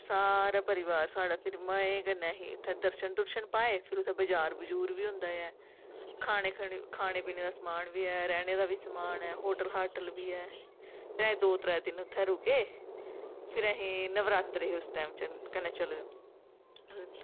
सारा परिवार साढ़ा फिरी असें मजे कन्नै असें दर्शन दुर्शन पाए फिर उत्थें बजार बजूर बी होंदा ऐ खाने खू खाने पीने दा समान दा रैह्ने दा बी ऐ रैह्ने दा बी समान ऐ होटल हाटल बी हैन फिर असीं दो त्रै दिन उत्थें रुके फिर असीं नवरात्रे हे उस टैम च कन्नै चला दे